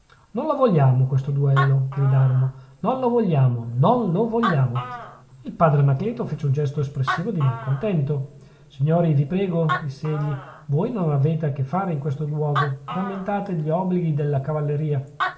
non lo vogliamo questo duello gridarono non lo vogliamo non lo vogliamo il padre anacleto fece un gesto espressivo di malcontento signori vi prego disse egli voi non avete a che fare in questo luogo rammentate gli obblighi della cavalleria